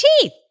teeth